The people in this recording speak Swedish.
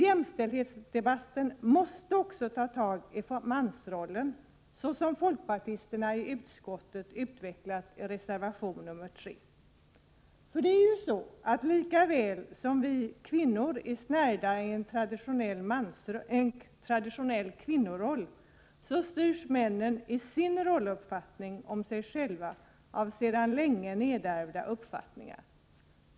Jämställdhetsdebatten måste också ta tag i mansrollen, så som folkpartisterna i utskottet utvecklat i reservation nr 3. För lika väl som vi kvinnor är snärjda i en traditionell kvinnoroll, styrs männen i sin rolluppfattning om sig själva av sedan länge nedärvda uppfattningar.